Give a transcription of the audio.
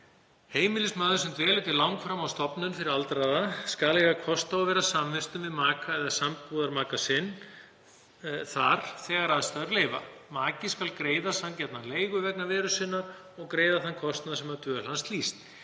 Heimilismaður sem dvelur til langframa á stofnun fyrir aldraða skal eiga kost á að vera samvistum við maka eða sambúðarmaka sinn þar þegar aðstæður leyfa. Maki skal greiða sanngjarna leigu vegna veru sinnar og greiða þann kostnað sem af dvöl hans hlýst.